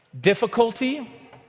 difficulty